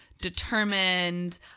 determined